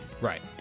Right